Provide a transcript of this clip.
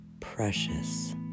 precious